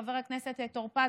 חבר הכנסת טור פז,